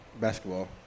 Basketball